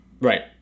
Right